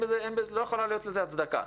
לא יכולה להיות לזה הצדקה.